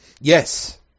Yes